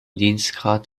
dienstgrad